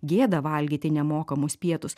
gėda valgyti nemokamus pietus